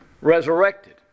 resurrected